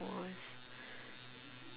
was